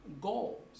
goals